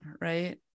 right